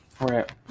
Right